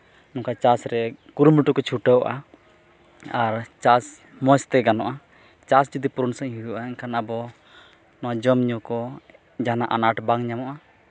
ᱚᱱᱠᱟ ᱪᱟᱥ ᱨᱮ ᱠᱩᱨᱩᱢᱩᱴᱩ ᱠᱚ ᱪᱷᱩᱴᱟᱹᱣᱚᱜᱼᱟ ᱟᱨ ᱪᱟᱥ ᱢᱚᱡᱽᱛᱮ ᱜᱟᱱᱚᱜᱼᱟ ᱪᱟᱥ ᱡᱩᱫᱤ ᱯᱩᱱ ᱥᱮᱡᱽ ᱦᱩᱭᱩᱜᱼᱟ ᱮᱱᱠᱷᱟᱱ ᱟᱵᱚ ᱱᱚᱣᱟ ᱡᱚᱢᱼᱧᱩ ᱠᱚ ᱡᱟᱦᱟᱱᱟᱜ ᱟᱱᱟᱴ ᱵᱟᱝ ᱧᱟᱢᱚᱜᱼᱟ